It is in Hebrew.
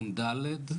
הנ"ד,